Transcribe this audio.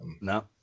No